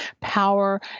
power